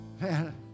Man